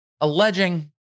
alleging